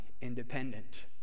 independent